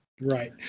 Right